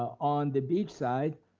on the beach side,